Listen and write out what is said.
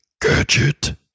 gadget